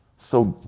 so,